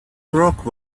broke